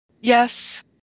Yes